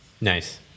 Nice